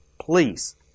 please